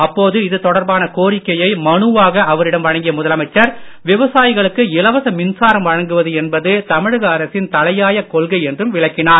அப்போது இது தொடர்பான கோரிக்கையை மனுவாக அவரிடம் வழங்கிய முதலமைச்சர் விவசாயிகளுக்கு இலவச மின்சாரம் வழங்குவது என்பது தமிழக அரசின் தலையாயக் கொள்கை என்றும் விளக்கினார்